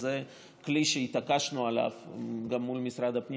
אז זה כלי שגם התעקשנו עליו מול משרד הפנים